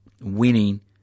winning